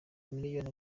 miliyoni